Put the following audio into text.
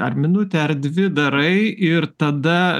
ar minutę ar dvi darai ir tada